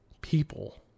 people